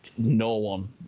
No-one